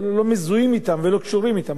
אבל התקשורת שעושה כותרת,